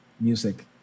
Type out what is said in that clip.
music